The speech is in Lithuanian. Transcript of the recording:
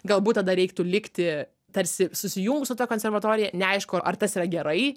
galbūt tada reiktų likti tarsi susijungus su ta konservatorija neaišku ar tas yra gerai